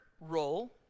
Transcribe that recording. role